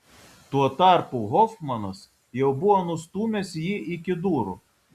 tuo tarpu hofmanas jau buvo nustūmęs jį iki durų